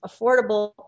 affordable